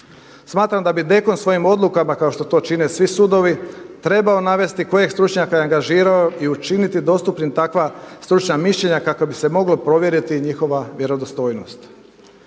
Smatram da bi DKOM svojim odlukama kao što to čine svi sudovi trebao navesti koje je stručnjake angažirao i učiniti dostupnim takva stručna mišljenja kako bi se moglo provjeriti njihova vjerodostojnost.